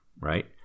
right